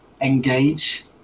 engage